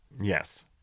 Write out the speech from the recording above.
Yes